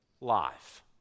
life